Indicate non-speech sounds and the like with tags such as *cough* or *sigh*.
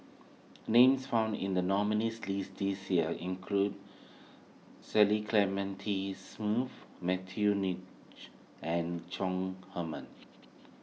*noise* names found in the nominees' list this year include Cecil Clementi Smith Matthew *unintelligible* and Chong Heman